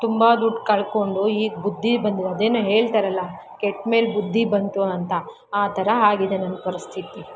ತುಂಬ ದುಡ್ಡು ಕಳ್ಕೊಂಡು ಈಗ ಬುದ್ಧಿ ಬಂದಿದೆ ಅದೇನೋ ಹೇಳ್ತಾರಲ್ಲ ಕೆಟ್ಟ ಮೇಲೆ ಬುದ್ಧಿ ಬಂತು ಅಂತ ಆ ಥರ ಆಗಿದೆ ನನ್ನ ಪರಿಸ್ಥಿತಿ